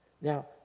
Now